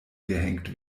gehängt